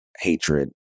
hatred